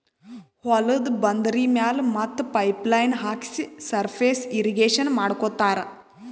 ಹೊಲ್ದ ಬಂದರಿ ಮ್ಯಾಲ್ ಮತ್ತ್ ಪೈಪ್ ಲೈನ್ ಹಾಕ್ಸಿ ಸರ್ಫೇಸ್ ಇರ್ರೀಗೇಷನ್ ಮಾಡ್ಕೋತ್ತಾರ್